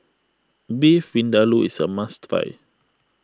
Beef Vindaloo is a must try